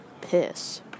piss